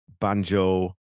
banjo